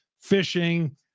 fishing